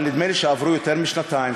אבל נדמה לי שעברו יותר משנתיים,